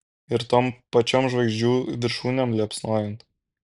ir tom pačiom žvaigždžių viršūnėm liepsnojant